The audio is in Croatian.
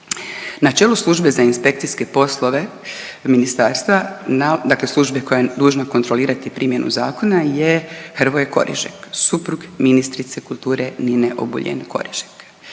Na čelu službe za inspekcijske poslove ministarstva, dakle službe koja je dužna kontrolirati primjenu zakona je Hrvoje Korižek, suprug ministrice kulture Nine Obuljen Korižek.